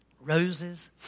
Roses